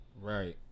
Right